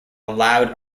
allowed